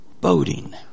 boating